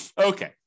okay